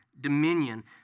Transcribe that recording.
dominion